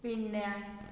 Pirna